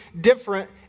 different